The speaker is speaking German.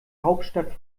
hauptstadt